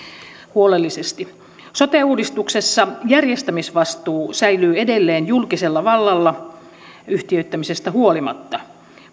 huolellisesti sote uudistuksessa järjestämisvastuu säilyy edelleen julkisella vallalla yhtiöittämisestä huolimatta